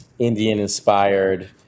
Indian-inspired